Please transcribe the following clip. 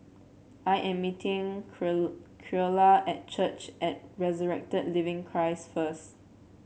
I am meeting Creola at Church at Resurrected Living Christ first